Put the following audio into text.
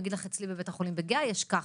הוא יגיד לך שאצלו בבית החולים בגהה יש כך.